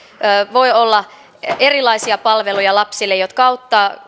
voi olla lapsille erilaisia palveluja jotka auttavat